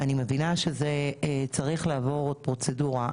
אני מבינה שזה צריך לעבור עוד פרוצדורה,